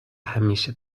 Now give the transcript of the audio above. همیشه